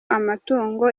amatungo